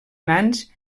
nans